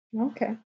Okay